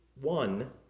one